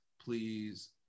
please